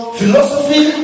philosophy